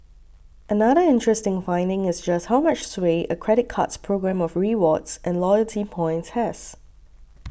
another interesting finding is just how much sway a credit card's programme of rewards and loyalty points has